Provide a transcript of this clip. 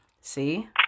See